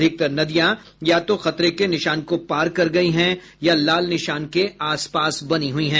अधिकतर नदियां या तो खतरे के निशान को पार कर गयी हैं या लाल निशान के आसपास बनी हुई हैं